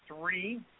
three